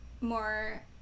more